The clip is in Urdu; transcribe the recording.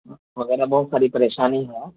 وغیرہ بہت ساری پریشانی ہے